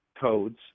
codes